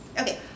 Okay